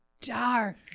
dark